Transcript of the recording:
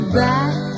back